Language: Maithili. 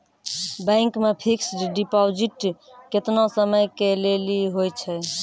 बैंक मे फिक्स्ड डिपॉजिट केतना समय के लेली होय छै?